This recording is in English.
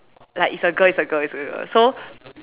like it's a girl it's a girl it's a girl so